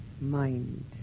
mind